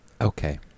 Okay